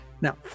Now